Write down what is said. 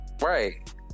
Right